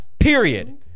Period